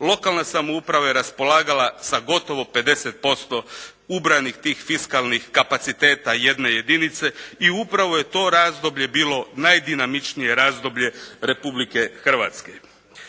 lokalna samouprava je raspolagala sa gotovo 50% ubranih tih fiskalnih kapaciteta jedne jedinice i upravo je to razdoblje bilo najdinamičnije razdoblje Republike Hrvatske,